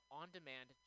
on-demand